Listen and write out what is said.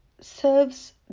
serves